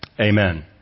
amen